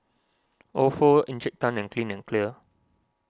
Ofo Encik Tan and Clean and Clear